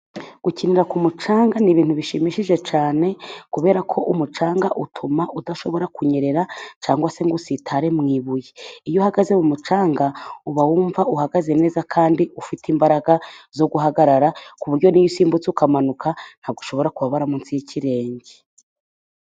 Gukinira ku mucanga ni ibintu bishimishije cyane, kubera ko umucanga utuma udashobora kunyerera cyangwa se ngo usitare mu ibuye. Iyo uhagaze mu mucanga, uba wumva uhagaze neza kandi ufite imbaraga zo guhagarara, ku buryo niyo usimbutse ukamanuka, ntabwo ushobora kubabara munsi y'ikirenge.